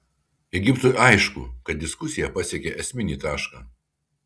egiptui aišku kad diskusija pasiekė esminį tašką